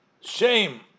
shame